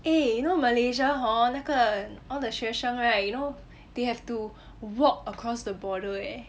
eh you know malaysia hor 那个 all the 学生 right you know they have to walk across the border eh